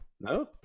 No